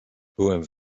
byłem